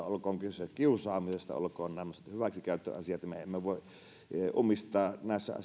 olkoon kyse kiusaamisesta olkoon tämmöisistä hyväksikäyttöasioista me emme voi ummistaa